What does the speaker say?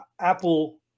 Apple